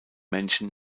menschen